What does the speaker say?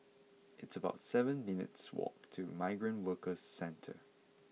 it's about seven minutes walk to Migrant Workers Centre